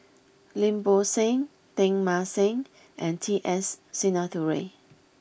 Lim Bo Seng Teng Mah Seng and T S Sinnathuray